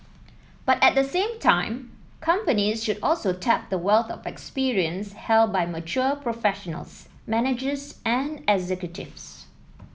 but at the same time companies should also tap the wealth of experience held by mature professionals managers and executives